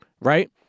right